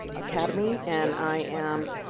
academy, and i am